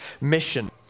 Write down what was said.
mission